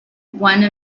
one